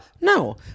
No